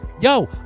yo